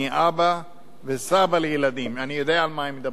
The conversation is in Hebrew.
אני אבא לילדים וסבא, אני יודע על מה הם מדברים.